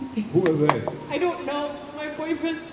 who are they? i don't know. my boyfriend.